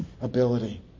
ability